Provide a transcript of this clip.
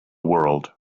world